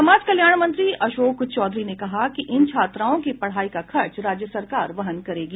समाज कल्याण मंत्री अशोक चौधरी ने कहा कि इन छात्राओं की पढ़ाई का खर्च राज्य सरकार वहन करेगी